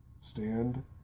stand